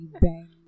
bang